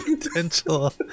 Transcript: potential